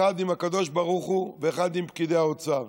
אחד עם הקדוש ברוך הוא ואחד עם פקידי האוצר.